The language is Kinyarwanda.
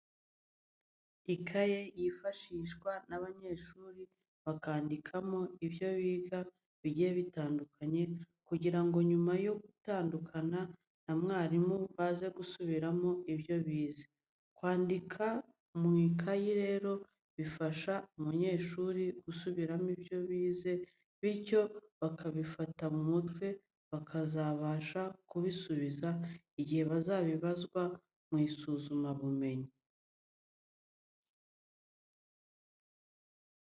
Ikayi yifashishwa n'abanyeshuri bakandikamo ibyo biga bigiye bitandukanye kugira ngo nyuma yo gutandukana na mwarimu baze gusubiramo ibyo bize. Kwandika mu makayi rero bifasha abanyeshuri gusubiramo ibyo bize bityo bakabifata mu mutwe, bakazabasha kubisubiza igihe bazabibazwa mu isuzumabumenyi.